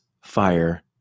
fire